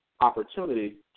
opportunity